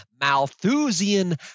Malthusian